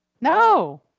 No